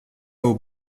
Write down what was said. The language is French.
aux